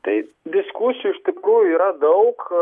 tai diskusijų iš tikrųjų yra daug